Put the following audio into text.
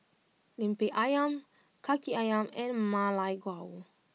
Lemper Ayam Kaki Ayam and Ma Lai Gao